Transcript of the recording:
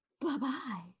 Bye-bye